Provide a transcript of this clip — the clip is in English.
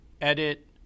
edit